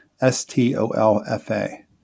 S-T-O-L-F-A